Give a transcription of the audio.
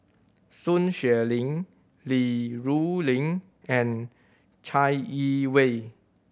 Sun Xueling Li Rulin and Chai Yee Wei